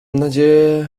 nadzieję